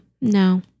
No